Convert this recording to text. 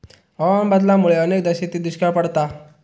हवामान बदलामुळा अनेकदा शेतीत दुष्काळ पडता